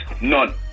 None